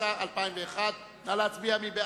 התשס"א 2001. נא להצביע.